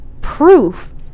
proof